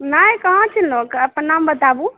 नहि कहाँ चिन्हलहुँ अपन नाम बताबू